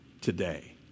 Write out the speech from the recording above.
today